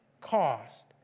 cost